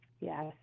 Yes